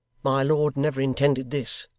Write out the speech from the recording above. my lord never intended this